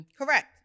Correct